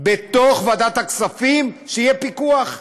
בוועדת הכספים, שיהיה פיקוח.